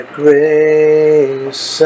grace